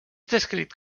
descrit